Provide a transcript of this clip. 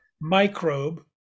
microbe